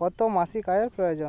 কতো মাসিক আয়ের প্রয়োজন